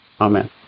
Amen